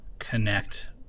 connect